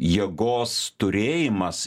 jėgos turėjimas